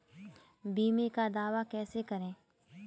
बीमे का दावा कैसे करें?